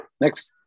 Next